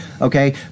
okay